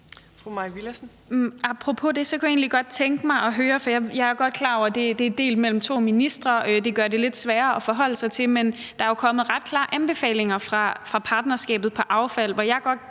Apropos det kunne jeg egentlig godt tænke mig at høre noget. For jeg er godt klar over, at det er delt mellem to ministre, og det gør det lidt sværere at forholde sig til. Men der er jo kommet nogle ret klare anbefalinger fra partnerskabet for affald, hvor jeg godt